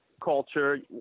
culture